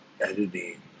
editing